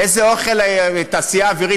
תעשייה אווירית,